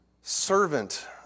servant